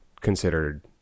considered